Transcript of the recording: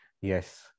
Yes